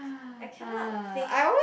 I cannot sing